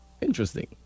interesting